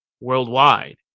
worldwide